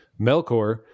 Melkor